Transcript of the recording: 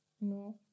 No